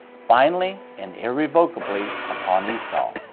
finally and irrevocably, upon esau.